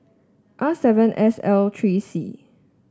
R seven S L three C